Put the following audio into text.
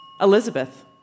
Elizabeth